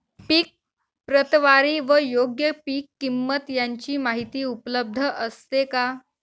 पीक प्रतवारी व योग्य पीक किंमत यांची माहिती उपलब्ध असते का?